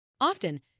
Often